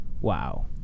Wow